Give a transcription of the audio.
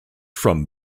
from